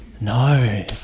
No